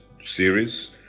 series